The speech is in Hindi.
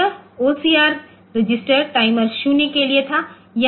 तो यह ओसीआर रजिस्टर टाइमर 0 के लिए था